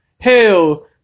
Hell